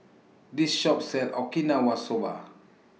This Shop sells Okinawa Soba